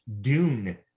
dune